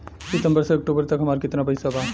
सितंबर से अक्टूबर तक हमार कितना पैसा बा?